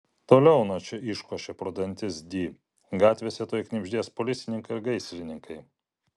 toliau nuo čia iškošė pro dantis di gatvėse tuoj knibždės policininkai ir gaisrininkai